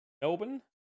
Melbourne